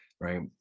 right